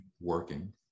working